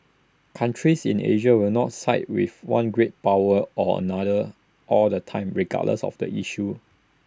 countries in Asia will not side with one great power or another all the time regardless of the issue